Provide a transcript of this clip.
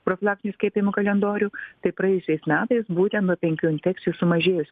profilaktinių skiepijimo kalendorių tai praėjusiais metais būtent nuo penkių infekcijų sumažėjo